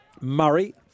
Murray